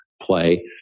play